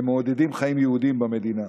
הם מעודדים חיים יהודיים במדינה.